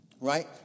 right